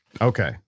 Okay